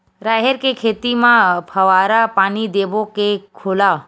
राहेर के खेती म फवारा पानी देबो के घोला?